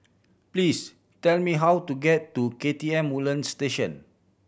please tell me how to get to K T M Woodlands Station